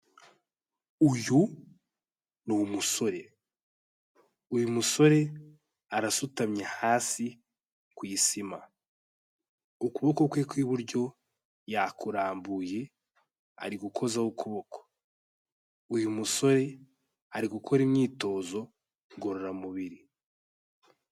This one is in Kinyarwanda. Uyu ni umusore, uyu musore arasutamye hasi ku isima, ukuboko kwe ku iburyo yakurambuye ari gukozaho ukuboko, uyu musore ari gukora imyitozo ngororamubiri.